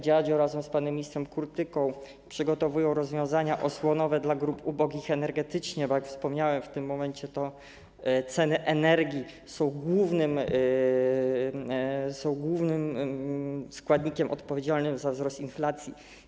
Dziadzio razem z panem ministrem Kurtyką przygotowują rozwiązania osłonowe dla grup ubogich energetycznie, bo jak wspomniałem, w tym momencie to ceny energii są głównym czynnikiem odpowiedzialnym za wzrost inflacji.